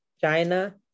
China